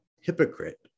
Hypocrite